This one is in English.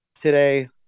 today